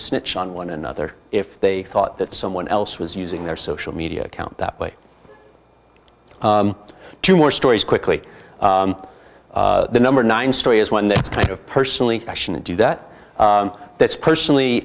snitch on one another if they thought that someone else was using their social media account that way and two more stories quickly the number nine story is one that's kind of personally i shouldn't do that that's personally